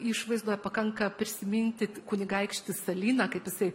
išvaizdoj pakanka prisiminti kunigaikštį salyną kaip jisai